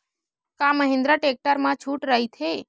का महिंद्रा टेक्टर मा छुट राइथे?